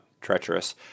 treacherous